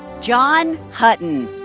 john hutton.